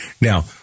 Now